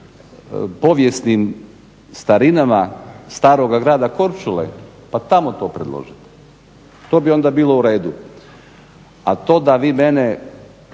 povijesnim starinama staroga grada Korčule, pa tamo to predložite. To bi onda bilo u redu. A to da vi mene,